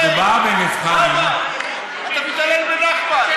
מדובר בנבחן, אתה מתעלל בנחמן.